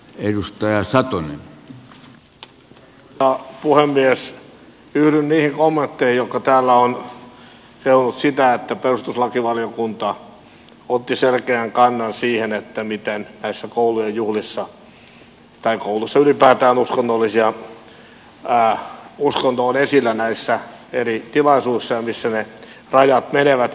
yhdyn niihin kommentteihin jotka täällä ovat kehuneet sitä että perustuslakivaliokunta otti selkeän kannan siihen miten kouluissa ylipäätään uskonto on esillä näissä eri tilaisuuksissa ja missä ne rajat menevät